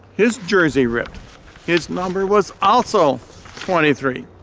his jersey ripped his number was also twenty three!